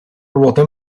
ruote